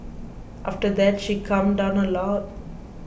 after that she calmed down a lot